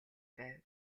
байв